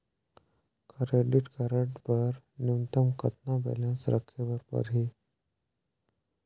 Credit card बर न्यूनतम कतका बैलेंस राखे बर पड़ही?